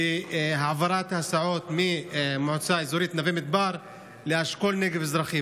בהעברת הסעות ממועצה אזורית נווה מדבר לאשכול נגב מזרחי,